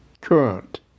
current